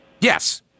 Yes